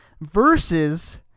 versus